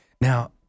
Now